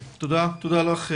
תודה לך,